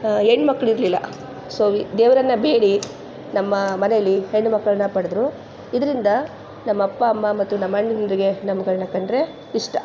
ಹೆಣ್ಣು ಮಕ್ಳು ಇರಲಿಲ್ಲ ಸೊ ವಿ ದೇವರನ್ನ ಬೇಡಿ ನಮ್ಮ ಮನೇಲಿ ಹೆಣ್ಣು ಮಕ್ಕಳನ್ನ ಪಡೆದ್ರು ಇದರಿಂದ ನಮ್ಮ ಅಪ್ಪ ಅಮ್ಮ ಮತ್ತು ನಮ್ಮ ಅಣ್ಣಂದಿರಿಗೆ ನಮ್ಮಗಳನ್ನ ಕಂಡರೆ ಇಷ್ಟ